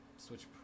switch